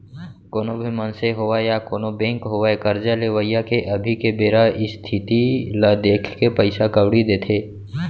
कोनो भी मनसे होवय या कोनों बेंक होवय करजा लेवइया के अभी के बेरा इस्थिति ल देखके पइसा कउड़ी देथे